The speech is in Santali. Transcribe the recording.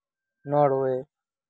ᱱᱚᱨᱳᱭᱮ